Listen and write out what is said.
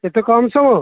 ଏତେ କମ୍ ସମୟ